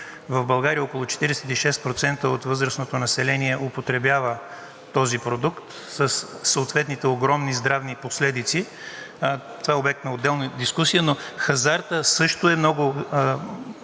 В България около 46% от възрастното население употребява този продукт със съответните огромни здравни последици. Това е обект на отделна дискусия. Хазартът също